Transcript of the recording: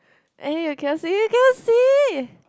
eh you cannot see you cannot see